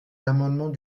l’amendement